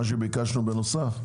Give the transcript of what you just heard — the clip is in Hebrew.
מה שביקשנו בנוסף,